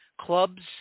clubs